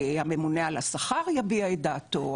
הממונה על השכר יביע את דעתו,